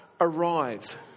arrive